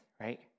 right